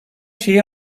şeyi